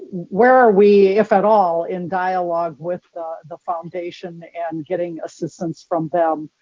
where are we, if at all, in dialogue with the foundation and getting assistance from them?